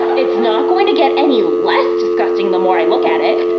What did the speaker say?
it's not going to get any less disgusting the more i look at it.